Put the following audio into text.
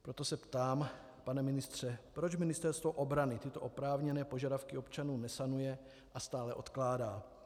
Proto se ptám, pane ministře, proč Ministerstvo obrany tyto oprávněné požadavky občanů nesanuje a stále odkládá.